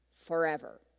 forever